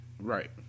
Right